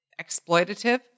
exploitative